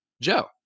Joe